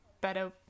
better